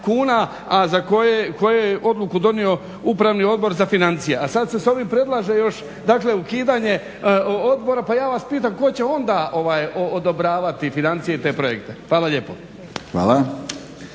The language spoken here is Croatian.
kuna, a za koje je odluku donio Upravni odbor za financije, a sad se s ovim predlaže još dakle ukidanje odbora. Pa ja vas pitam tko će onda odobravati financije i te projekte. Hvala lijepo.